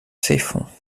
ceffonds